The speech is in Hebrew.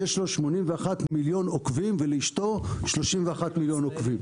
יש לו 81 מיליון עוקבים ולאשתו 31 מיליון עוקבים.